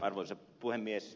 arvoisa puhemies